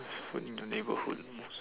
who in the neighbourhood most